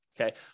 Okay